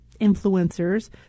influencers